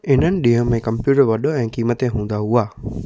इन्हनि ॾींहंनि में कम्प्यूटर वॾो ऐं क़ीमते हूंदा हुआ